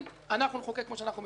אנחנו נחוקק כפי שאנחנו מבינים,